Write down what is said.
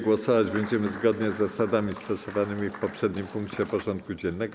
Głosować będziemy zgodnie z zasadami stosowanymi w poprzednim punkcie porządku dziennego.